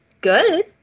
good